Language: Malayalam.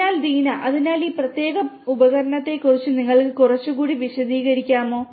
അതിനാൽ ദീന അതിനാൽ ഈ പ്രത്യേക ഉപകരണത്തെക്കുറിച്ച് നിങ്ങൾക്ക് കുറച്ചുകൂടി വിശദീകരിക്കാമോ